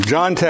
John